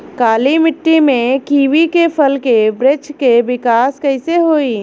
काली मिट्टी में कीवी के फल के बृछ के विकास कइसे होई?